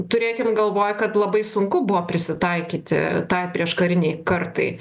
turėkim galvoj kad labai sunku buvo prisitaikyti tai prieškarinei kartai